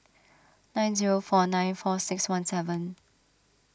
nine zero four nine four six one seven